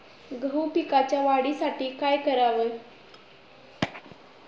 गहू पिकाच्या वाढीसाठी काय करावे?